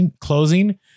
closing